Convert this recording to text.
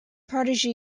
protege